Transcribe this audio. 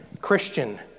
Christian